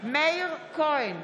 מאיר כהן,